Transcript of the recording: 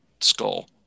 skull